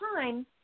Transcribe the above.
time